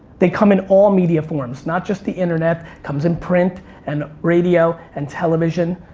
they come in all media forms, not just the internet. comes in print and radio and television.